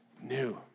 new